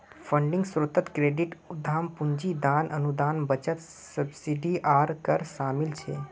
funding स्रोतोत credit, उद्दाम पूंजी, दान, अनुदान, बचत, सब्सिडी आर कर शामिल छे